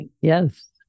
Yes